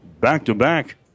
back-to-back